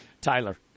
Tyler